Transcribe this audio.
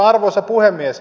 arvoisa puhemies